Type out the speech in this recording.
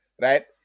right